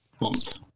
month